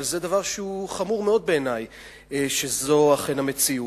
אבל זה דבר חמור מאוד בעיני שזו אכן המציאות,